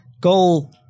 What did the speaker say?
Goal